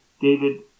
David